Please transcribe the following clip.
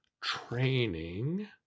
training